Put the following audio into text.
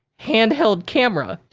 handheld camera